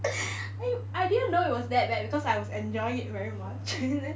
I didn't know it was that bad because I was enjoying it very much